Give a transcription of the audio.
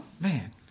Man